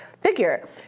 figure